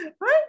right